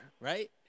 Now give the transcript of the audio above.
Right